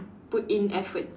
put in effort